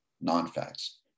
non-facts